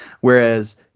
Whereas